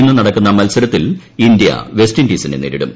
ഇന്ന് നടക്കുന്ന മൽസരത്തിൽ ഇന്ത്യ വെസ്റ്റ് ഇൻഡീസിനെ നേരിടും